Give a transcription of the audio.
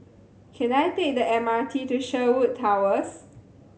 can I take the M R T to Sherwood Towers